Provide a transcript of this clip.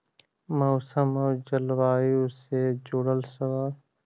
मौसम और जलवायु से जुड़ल सवाल?